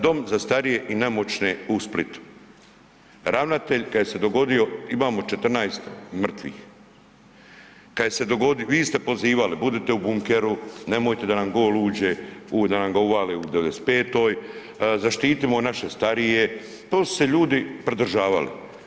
Dom za starije i nemoćne u Splitu, ravnatelj kad je se je dogodio, imamo 14 mrtvih, kad je se dogodio, vi ste pozivali budite u bunkeru, nemojte da na gol uđe, da nam ga uvale u 95-toj, zaštitimo naše starije, to su se ljudi pridržavali.